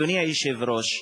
אדוני היושב-ראש,